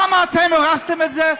למה אתם הרסתם את זה?